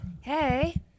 Hey